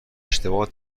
اشتباه